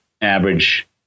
average